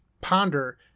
ponder